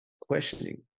questioning